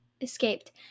escaped